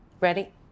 Ready